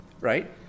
Right